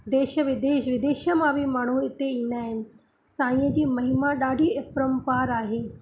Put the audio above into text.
देश विदेश विदेश मां बि माण्हू हिते ईंदा आहिनि साईअ जी महिमा ॾाढी अपरंपार आहे